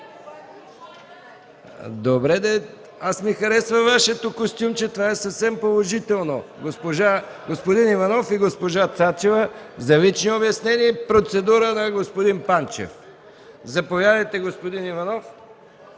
Добре де, на мен ми харесва Вашето костюмче. Това е съвсем положително. Господин Иванов и госпожа Цачева – за лично обяснение. Процедура на господин Панчев. Заповядайте, господин Иванов,